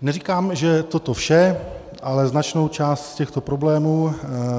Neříkám, že toto vše, ale značnou část těchto problémů,